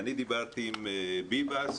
אני דיברתי עם ביבס,